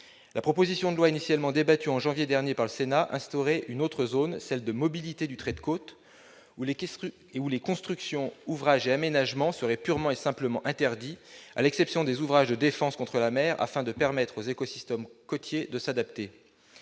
La proposition de loi initialement débattue par la Sénat, en janvier dernier, instaurait une autre zone, dite « mobilité du trait de côte », dans laquelle les constructions, ouvrages et aménagements seraient purement et simplement interdits à l'exception des ouvrages de défense contre la mer, afin de permettre aux écosystèmes côtiers de s'adapter.